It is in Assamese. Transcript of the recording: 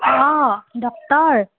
অঁ ডক্তৰ